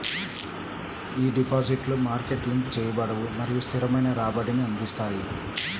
ఈ డిపాజిట్లు market link చేయబడవు మరియు స్థిరమైన రాబడిని అందిస్తాయి